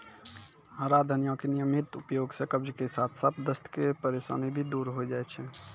हरा धनिया के नियमित उपयोग सॅ कब्ज के साथॅ साथॅ दस्त के परेशानी भी दूर होय जाय छै